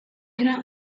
cannot